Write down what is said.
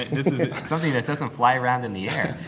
this is something that doesn't fly around in the air.